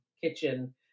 kitchen